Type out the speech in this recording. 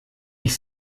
ich